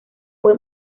fue